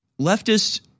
Leftists